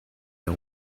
the